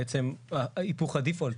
בעצם היפוך ה-default.